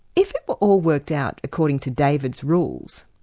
if it were all worked out according to david's rules,